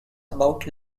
about